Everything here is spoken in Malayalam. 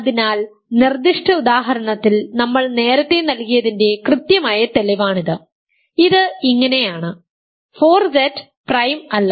അതിനാൽ നിർദ്ദിഷ്ട ഉദാഹരണത്തിൽ നമ്മൾ നേരത്തെ നൽകിയതിന്റെ കൃത്യമായ തെളിവാണിത് ഇത് ഇങ്ങനെയാണ് 4Z പ്രൈം അല്ല